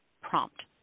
prompt